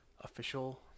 official